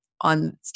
on